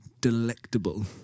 delectable